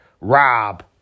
Rob